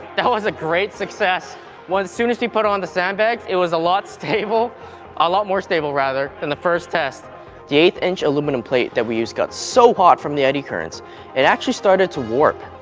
that was a great success once soon as we put on the sandbags it was a lot stable a lot more stable rather, than the first test the eighth inch aluminum plate that we used got so hot from the eddy currents it actually started to warp.